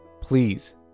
Please